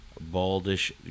baldish